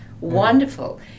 wonderful